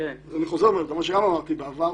אני חוזר ואומר מה שגם אמרתי בעבר.